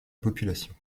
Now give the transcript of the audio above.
population